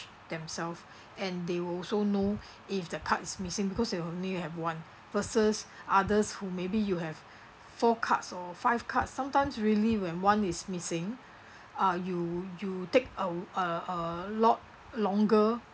themselves and they also know if the card is missing because they only have one versus others who maybe you have four cards or five cards sometimes really when one is missing uh you you take uh uh a lot longer